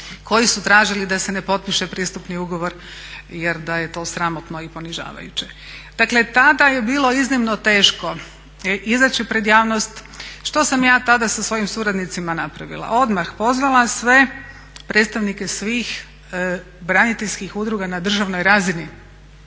koji su tražili da se ne potpiše pristupni ugovor jer da je to sramotno i ponižavajuće. Dakle, tada je bilo iznimno teško izaći pred javnost. Što sam ja tada sa svojim suradnicima napravila? Odmah pozvala sve predstavnike svih braniteljskih udruga na državnoj razini,